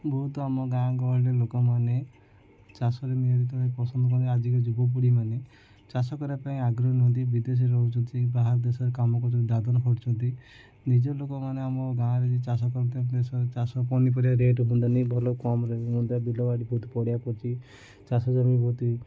ବହୁତ ଆମ ଗାଁ ଗହଳିରେ ଲୋକମାନେ ଚାଷରେ ନିୟୋଜିତ ଭାବେ ପସନ୍ଦ କରନ୍ତି ଆଜିକା ଯୁବପିଢ଼ିମାନେ ଚାଷ କରିବା ପାଇଁ ଆଗ୍ରହୀ ନୁହଁନ୍ତି ବିଦେଶରେ ରହୁଛନ୍ତି ବାହାର ଦେଶରେ କାମ କରୁଚନ୍ତି ଦାଦନ ଖଟୁଛନ୍ତି ନିଜର ଲୋକମାନେ ଆମ ଗାଁରେ ଯଦି ଚାଷ କରନ୍ତି ଦେଶ ଚାଷ ପନିପରିବା ରେଟ୍ ହୁଅନ୍ତାନି ଭଲ କମ୍ ରେଟ୍ ହୁଅନ୍ତା ବିଲବାଡ଼ି ବହୁତ ପଡ଼ିଆ ପଡ଼ିଛି ଚାଷ ଜମି ବହୁତ